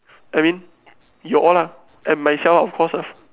I mean you all and myself of course ah